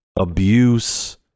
abuse